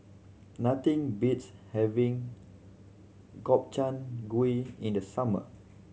nothing beats having Gobchang Gui in the summer